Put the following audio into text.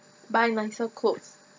buy nicer clothes